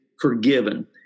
forgiven